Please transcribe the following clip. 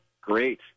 Great